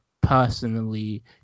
personally